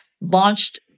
launched